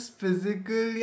physical